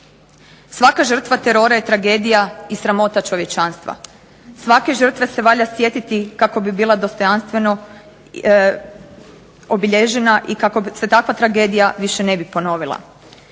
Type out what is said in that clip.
Svaka žrtva terora je tragedija i sramota čovječanstva. Svake žrtve se valja sjetiti kako bi bila dostojanstveno obilježena i kako se takva tragedija više ne bi ponovila.